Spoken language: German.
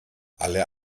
alle